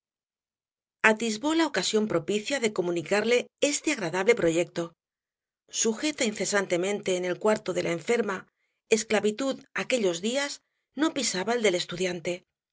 atisbó la ocasión propicia de comunicarle este agradable proyecto sujeta incesantemente en el cuarto de la enferma esclavitud aquellos días no pisaba el del estudiante